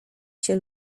się